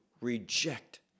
reject